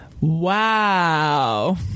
Wow